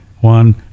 One